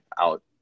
out